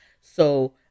So-